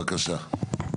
בבקשה.